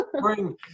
Bring